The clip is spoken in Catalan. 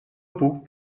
puc